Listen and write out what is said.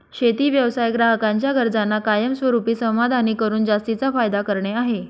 शेती व्यवसाय ग्राहकांच्या गरजांना कायमस्वरूपी समाधानी करून जास्तीचा फायदा करणे आहे